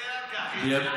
מתנצל על כך, איציק.